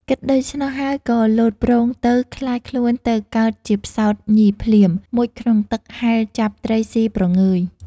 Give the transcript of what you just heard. គិតដូច្នោះហើយក៏លោតប្រូងទៅ ក្លាយខ្លួនទៅកើតជាផ្សោតញីភ្លាម មុជក្នុងទឹកហែលចាប់ ត្រីស៊ីព្រងើយ។